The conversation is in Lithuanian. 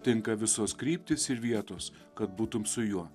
tinka visos kryptys ir vietos kad būtum su juo